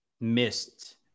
missed